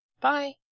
Bye